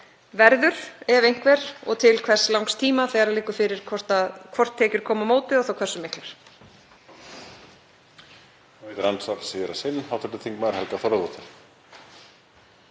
verður, ef einhver, og til hvers langs tíma þegar liggur fyrir hvort tekjur koma á móti og þá hversu miklar.